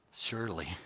Surely